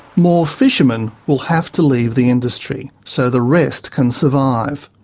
more fishermen will have to leave the industry so the rest can survive.